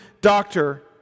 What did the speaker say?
doctor